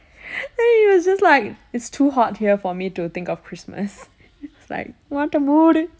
then he was just like it's too hot here for me to think of christmas it's like what a mood